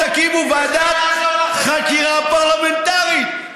תקימו ועדת חקירה פרלמנטרית,